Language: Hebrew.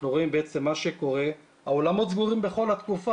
אנחנו רואים שבעצם מה שקורה זה שהאולמות סגורים בכל התקופה,